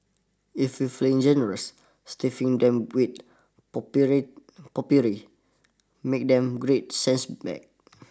if you feeling generous stiffing them with potpourri potpourri makes them great scent bags